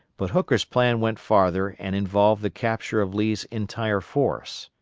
but hooker's plan went farther and involved the capture of lee's entire force.